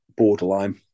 borderline